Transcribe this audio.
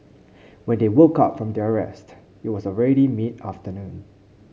when they woke up from their rest it was ready mid afternoon